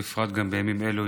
ובפרט גם בימים אלו,